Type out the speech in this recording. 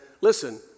listen